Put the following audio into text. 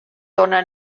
dóna